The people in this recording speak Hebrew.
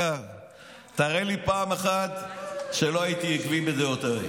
תראה לי פעם אחת שלא הייתי עקבי בדעותיי.